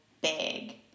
big